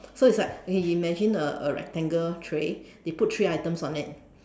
so it's like okay imagine a a rectangle tray they put three items on it